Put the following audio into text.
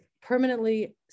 permanently